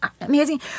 amazing